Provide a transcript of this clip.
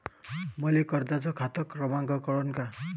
मले कर्जाचा खात क्रमांक कळन का?